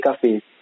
cafe